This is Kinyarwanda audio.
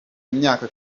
imyaka